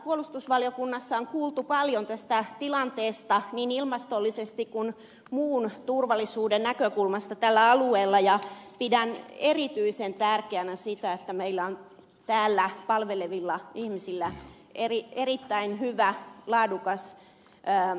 puolustusvaliokunnassa on kuultu paljon tästä tilanteesta niin ilmastollisesti kuin myös muun turvallisuuden näkökulmasta tällä alueella ja pidän erityisen tärkeänä sitä että meillä on siellä palvelevilla ihmisillä erittäin hyvä laadukas varustelutaso